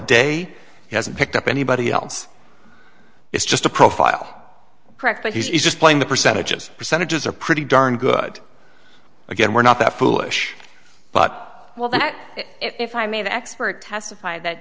day he hasn't picked up anybody else it's just a profile correct but he's just playing the percentages percentages are pretty darn good again we're not that foolish but well that if i may the expert testify that